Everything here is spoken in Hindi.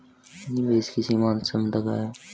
निवेश की सीमांत क्षमता क्या है?